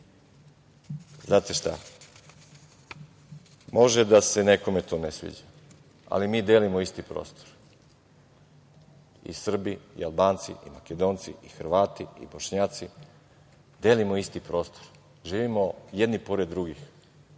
Znate šta, može da se nekome to ne sviđa, ali mi delimo isti prostor i Srbi i Albanci i Makedonci i Hrvati i Bošnjaci, delimo isti prostor, živimo jedni pored drugih